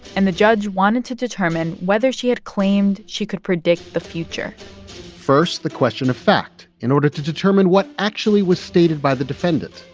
and the judge wanted to determine whether she had claimed she could predict the future first, the question of fact in order to determine what actually was stated by the defendant.